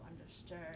understood